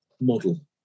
model